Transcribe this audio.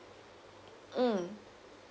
mm